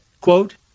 quote